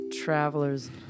Traveler's